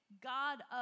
God